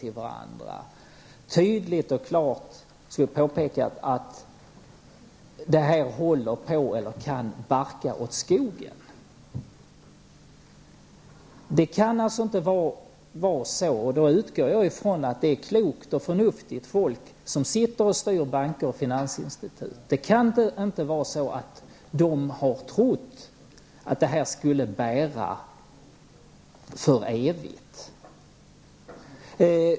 Det borde tydligt och klart ha utsagts att bankens affärer håller på att gå åt skogen. Jag utgår från att det är klokt och förnuftigt folk som styr och leder bank och finansinstitut. De kan omöjligen ha trott att Nordbankens ''affärer'' skulle bära för evigt.